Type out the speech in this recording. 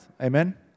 Amen